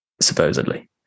supposedly